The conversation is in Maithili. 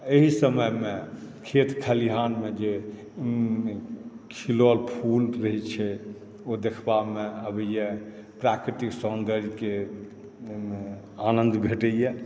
एहि समयमे खेत खलिहानमे जे खिलल फुल रहै छै ओ देखबामे आबैए प्राकृतिक सौन्दर्यके आनन्द भेटैए